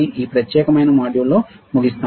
ఈ ప్రత్యేకమైన మాడ్యూల్ను ముగిస్తాను